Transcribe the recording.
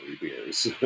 beers